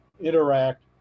interact